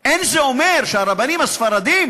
זה לא אומר שהרבנים הספרדים